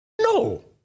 No